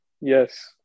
Yes